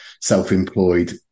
self-employed